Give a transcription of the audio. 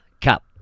cup